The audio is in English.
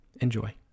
Enjoy